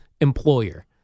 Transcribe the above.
employer